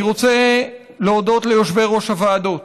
אני רוצה להודות ליושבי-ראש הוועדות.